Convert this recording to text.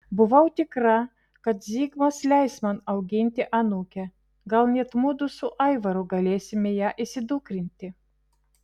buvau tikra kad zigmas leis man auginti anūkę gal net mudu su aivaru galėsime ją įsidukrinti